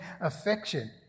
affection